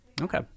Okay